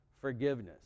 forgiveness